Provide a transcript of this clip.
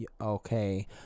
okay